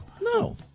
No